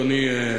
אדוני,